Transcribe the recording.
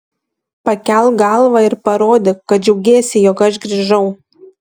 pakelk galvą ir parodyk kad džiaugiesi jog aš grįžau